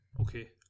Okay